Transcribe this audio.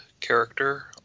character